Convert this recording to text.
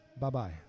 Bye-bye